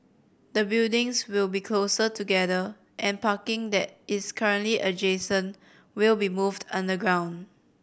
the buildings will be closer together and parking that is currently adjacent will be moved underground